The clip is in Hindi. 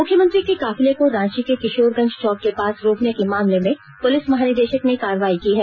मुख्यमंत्री के काफिले को रांची के किशोरगंज चौक के पास रोकने के मामले में पुलिस महानिदेशक ने कार्रवाई की है